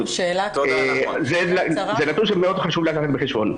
זה נתון שחשוב לקחת בחשבון.